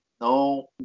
no